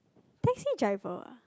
taxi driver